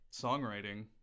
songwriting